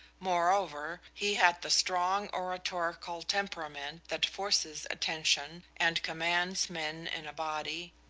moreover, he had the strong oratorical temperament that forces attention and commands men in a body.